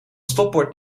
stopbord